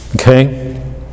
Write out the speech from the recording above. Okay